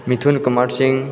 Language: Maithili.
मिथुन कुमार सिंह